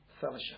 fellowship